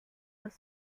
das